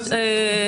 בסדר.